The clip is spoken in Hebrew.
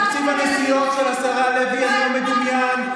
תקציב הנסיעות של השרה לוי אינו מדומיין,